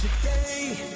Today